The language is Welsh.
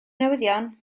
newyddion